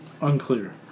Unclear